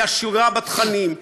היא עשירה בתכנים,